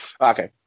Okay